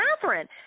Catherine